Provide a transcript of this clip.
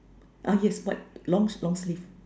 ah yes white long long sleeve